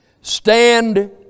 Stand